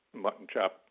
mutton-chop